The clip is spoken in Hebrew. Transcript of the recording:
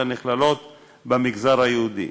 הנכללות במגזר היהודי.